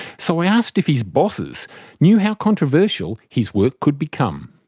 so i asked if his bosses knew how controversial his work could become.